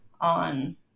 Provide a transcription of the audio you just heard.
on